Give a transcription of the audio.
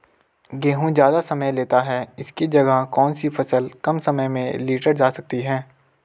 गेहूँ ज़्यादा समय लेता है इसकी जगह कौन सी फसल कम समय में लीटर जा सकती है?